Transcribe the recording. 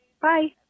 Bye